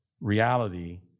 Reality